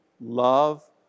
love